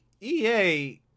EA